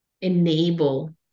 enable